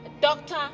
Doctor